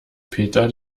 peter